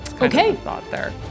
Okay